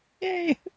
yay